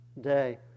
day